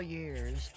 years